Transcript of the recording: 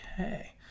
Okay